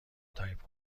تایپ